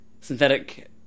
synthetic